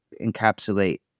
encapsulate